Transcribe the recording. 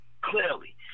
Clearly